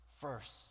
first